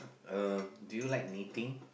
uh do you like knitting